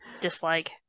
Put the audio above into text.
Dislike